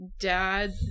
dad